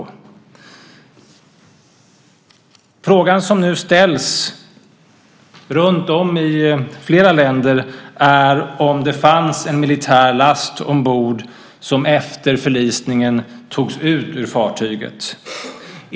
Den fråga som nu ställs runtom i flera länder är om det fanns en militär last ombord som efter förlisningen togs ut ur fartyget.